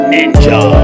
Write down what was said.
Ninja